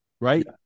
right